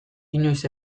inoiz